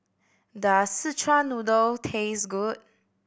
does Szechuan Noodle taste good